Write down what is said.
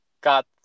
got